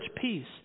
peace